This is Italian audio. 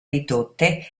ridotte